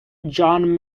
john